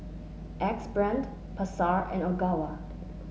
Axe Brand Pasar and Ogawa